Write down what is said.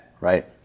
right